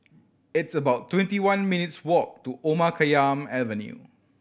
it's about twenty one minutes' walk to Omar Khayyam Avenue